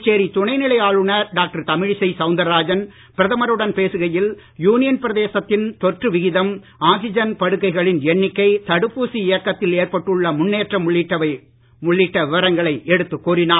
புதுச்சேரி துணைநிலை ஆளுநர் டாக்டர் தமிழிசை சவுந்தரராஜன் பிரதமருடன் பேசுகையில் யுனியன் பிரதேசத்தின் தொற்று விகிதம் ஆக்சிஜன் படுக்கைகளின் எண்ணிக்கை தடுப்பூசி இயக்கத்தில் ஏற்பட்டுள்ள முன்னேற்றம் உள்ளிட்ட விவரங்களை எடுத்துக் கூறினார்